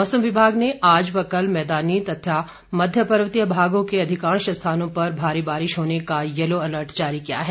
मौसम विभाग ने आज व कल मैदानी तथा मध्यपर्वतीय भागों के अधिकांश स्थानों में भारी बारिश होने का येलो अलर्ट जारी किया है